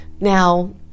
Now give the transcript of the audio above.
now